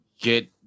Get